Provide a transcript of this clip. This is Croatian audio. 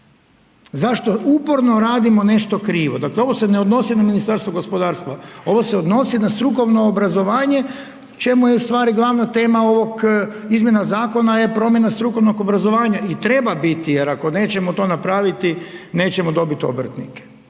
Zašto uporno radimo nešto krivo? Dakle ovo se ne odnosi na Ministarstvo gospodarstva, ovo se odnosi na strukovno obrazovanje čemu je glavna tema ovog izmjena zakona je promjena strukovnog obrazovanja i treba biti jer ako nećemo to napraviti nećemo dobiti obrtnike.